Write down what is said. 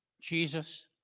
Jesus